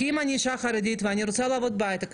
אם אני אישה חרדית ואני רוצה לעבוד בהייטק,